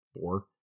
four